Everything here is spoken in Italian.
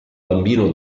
bambino